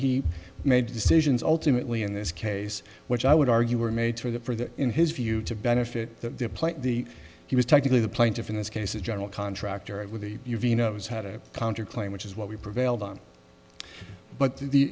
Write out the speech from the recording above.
he made decisions ultimately in this case which i would argue were made for that in his view to benefit the plant the he was technically the plaintiff in this case a general contractor with the u v knows how to counter claim which is what we prevailed on but the